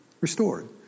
restored